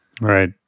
Right